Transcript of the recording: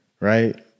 Right